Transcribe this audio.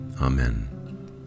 Amen